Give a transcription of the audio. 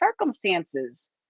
circumstances